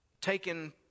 taken